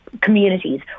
communities